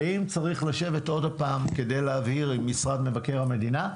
אם צריך לשבת עוד הפעם כדי להבהיר עם משרד מבקר המדינה,